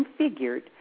configured